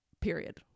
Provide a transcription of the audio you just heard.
Period